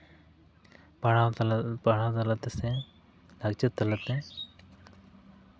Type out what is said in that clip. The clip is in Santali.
ᱯᱟᱲᱦᱟᱣ ᱯᱟᱲᱦᱟᱣ ᱛᱟᱞᱟ ᱛᱮᱥᱮ ᱞᱟᱨᱪᱟᱨ ᱛᱟᱞᱟᱛᱮ